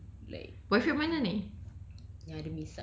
ya ya boyfriend mana ni